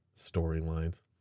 storylines